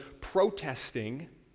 protesting